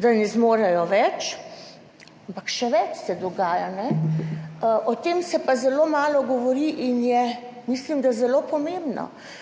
da ne zmorejo več. Ampak še več se dogaja. O tem se pa zelo malo govori in je, mislim, da zelo pomembno,